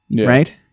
Right